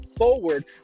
forward